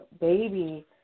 baby